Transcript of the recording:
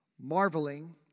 marveling